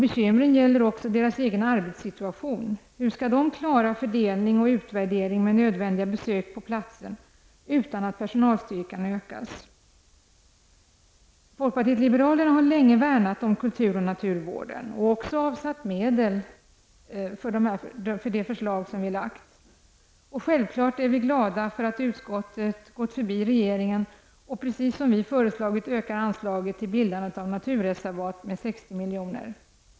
Bekymren gäller också deras egen arbetssituation. Hur skall de klara fördelning och utvärdering med nödvändiga besök på platsen, utan att personalstyrkan ökas? Folkpartiet liberalerna har länge värnat om kulturoch naturvården och också anvisat medel för de förslag som vi har lagt. Vi är självfallet glada för att utskottet har gått förbi regeringen och, precis som vi föreslagit, ökar anslaget till bildande av naturreservat med 60 milj.kr.